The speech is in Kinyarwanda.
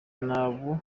n’abo